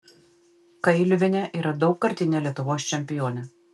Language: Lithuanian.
kailiuvienė yra daugkartinė lietuvos čempionė